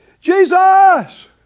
Jesus